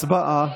הצבעה.